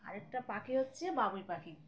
আরেকটা পাখি হচ্ছে বাবুই পাখি